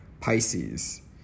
Pisces